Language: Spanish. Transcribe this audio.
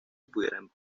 pudieran